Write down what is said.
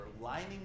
lining